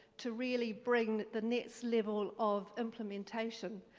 to really bring the next level of implementation,